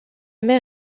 mer